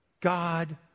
God